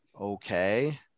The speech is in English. okay